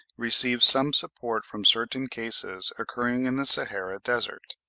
receives some support from certain cases occurring in the sahara desert.